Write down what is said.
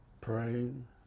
praying